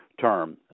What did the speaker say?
term